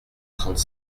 trente